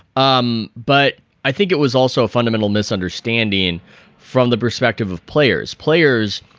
um but i think it was also a fundamental misunderstanding from the perspective of players, players